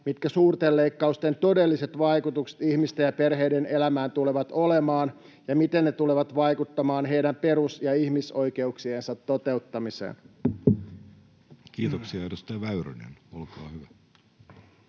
mitkä suurten leikkausten todelliset vaikutukset ihmisten ja perheiden elämään tulevat olemaan ja miten ne tulevat vaikuttamaan heidän perus- ja ihmisoikeuksiensa toteuttamiseen. Kiitoksia. — Edustaja Väyrynen, olkaa hyvä.